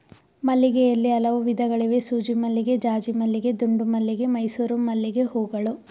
ಮಲ್ಲಿಗೆಯಲ್ಲಿ ಹಲವು ವಿಧಗಳಿವೆ ಸೂಜಿಮಲ್ಲಿಗೆ ಜಾಜಿಮಲ್ಲಿಗೆ ದುಂಡುಮಲ್ಲಿಗೆ ಮೈಸೂರು ಮಲ್ಲಿಗೆಹೂಗಳು